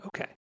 Okay